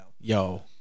Yo